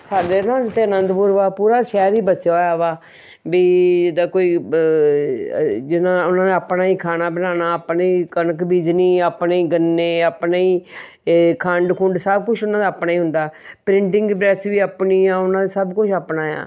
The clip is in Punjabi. ਸਾਡੇ ਨਾ ਅਨੰਦਪੁਰ ਵਾ ਪੂਰਾ ਸ਼ਹਿਰ ਹੀ ਬਸਿਆ ਹੋਇਆ ਵਾ ਵੀ ਜਿੱਦਾ ਕੋਈ ਜਿਨਾ ਉਹਨਾਂ ਨੇ ਆਪਣਾ ਹੀ ਖਾਣਾ ਬਣਾਉਣਾ ਆਪਣੀ ਕਣਕ ਬੀਜਣੀ ਆਪਣੇ ਹੀ ਗੰਨੇ ਆਪਣੇ ਹੀ ਏ ਖੰਡ ਖੁੰਡ ਸਭ ਕੁਹਗ ਉਹਨਾਂ ਦਾ ਆਪਣੇ ਹੀ ਹੁੰਦਾ ਪ੍ਰਿੰਟਿੰਗ ਪ੍ਰੈਸ ਵੀ ਆਪਣੀ ਆ ਉਹਨਾਂ ਦੇ ਸਭ ਕੁਝ ਆਪਣਾ ਏ ਆ